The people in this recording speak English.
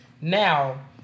Now